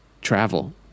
travel